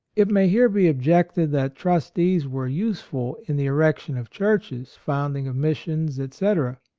it may here be objected that trustees were useful in the erec tion of churches, founding of missions, etc.